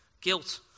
guilt